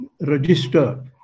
register